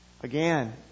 Again